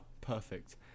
perfect